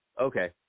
Okay